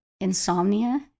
insomnia